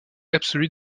absolue